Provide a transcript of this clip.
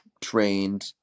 trained